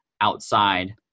outside